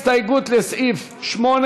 הסתייגות לסעיף 8,